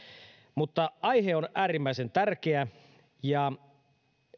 mutta aihe on äärimmäisen tärkeä ja